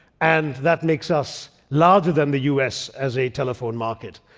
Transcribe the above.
and that makes us larger than the u s. as a telephone market.